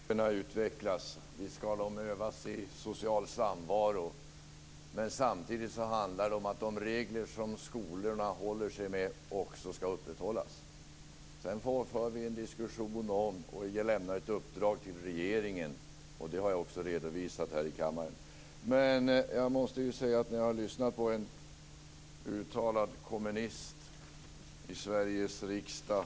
Herr talman! Visst skall eleverna utvecklas och övas i social samvaro, men samtidigt handlar det också om att de regler som finns i skolorna skall upprätthållas. Vi för en diskussion om detta och vill lämna ett uppdrag till regeringen, vilket jag också har redovisat här i kammaren. Jag måste säga att jag blir beklämd när jag lyssnar på en uttalad kommunist i Sveriges riksdag.